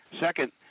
Second